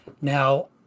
Now